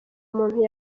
umuntu